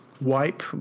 wipe